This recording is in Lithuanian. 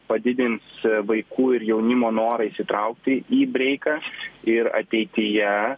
padidins vaikų ir jaunimo norą įsitraukti į breiką ir ateityje